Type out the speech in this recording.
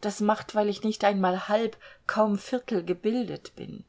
das macht weil ich nicht einmal halb kaum viertelgebildet bin